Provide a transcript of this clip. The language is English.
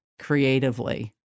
creatively